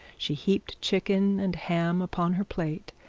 she heaped chicken and ham upon her plate,